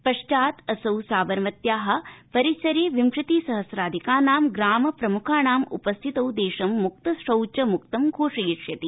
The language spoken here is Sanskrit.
पश्चात् असौ साबरमत्याः परिसरे विंशति सहस्राधिकानां ग्राम प्रम्खाणाम् उपस्थितौ देशं मुक्त शौच मूक्त घोषयिष्यति